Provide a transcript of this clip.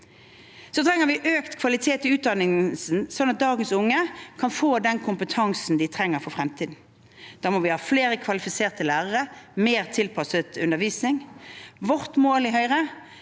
Vi trenger økt kvalitet i utdanningen, slik at dagens unge kan få den kompetansen de trenger for fremtiden. Da må vi ha flere kvalifiserte lærere og mer tilpasset undervisning. Vårt mål i Høyre